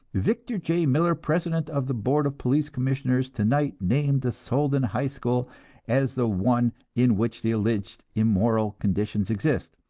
victor j. miller, president of the board of police commissioners, tonight named the soldan high school as the one in which the alleged immoral conditions exist.